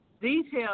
Details